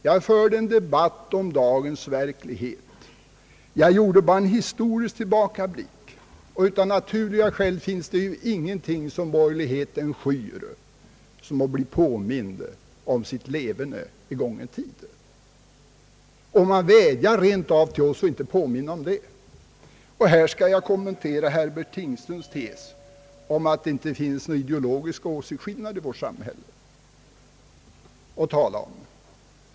Jag förde en debatt om dagens verklighet och gjorde bara en historisk tillbakablick. Av naturliga skäl finns det ingenting som borgerligheten skyr så som att bli påmind om sitt leverne en gång i tiden. Man vädjar rent av till oss att inte påminna om det! Jag skall här kommentera Herbert Tingstens tes om att det inte finns några ideologiska åsiktsskillnader i vårt samhälle att tala om.